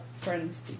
friends